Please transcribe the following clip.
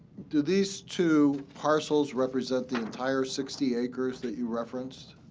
do these two parcels represent the entire sixty acres that you referenced?